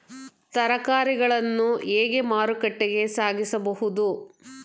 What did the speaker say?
ತರಕಾರಿಗಳನ್ನು ಹೇಗೆ ಮಾರುಕಟ್ಟೆಗೆ ಸಾಗಿಸಬಹುದು?